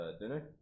dinner